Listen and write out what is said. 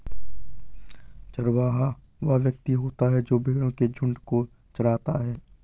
चरवाहा वह व्यक्ति होता है जो भेड़ों के झुंडों को चराता है